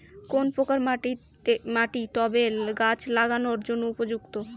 কোন প্রকার মাটি টবে গাছ লাগানোর জন্য উপযুক্ত?